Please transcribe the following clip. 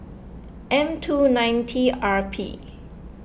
M two nine T R P